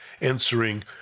answering